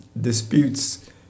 disputes